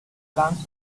guns